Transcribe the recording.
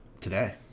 Today